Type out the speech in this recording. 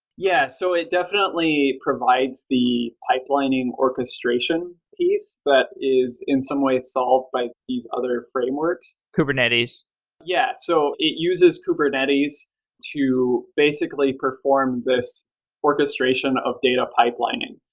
yeah. so it definitely provides the pipelining orchestration piece that is, in some ways, solved by these other frameworks. kubernetes yeah. so it uses kubernetes to basically perform this orchestration of data pipelining.